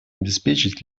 обеспечить